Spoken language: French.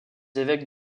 évêques